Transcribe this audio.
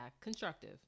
Constructive